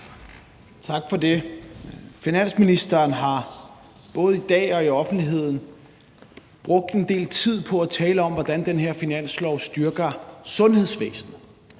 Tak for det. Finansministeren har både i dag og i offentligheden brugt en del tid på at tale om, hvordan den her finanslov styrker sundhedsvæsenet.